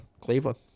Cleveland